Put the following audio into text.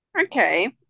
Okay